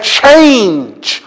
change